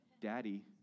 Daddy